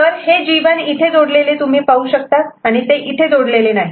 तर हे G1 इथे जोडलेले तुम्ही पाहू शकतात आणि ते इथे जोडलेले नाही